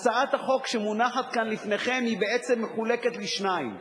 הצעת החוק שמונחת כאן לפניכם בעצם מחולקת לשניים.